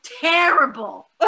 terrible